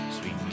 Sweet